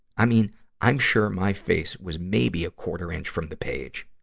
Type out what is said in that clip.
i mean i'm sure my face was maybe a quarter-inch from the page.